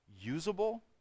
usable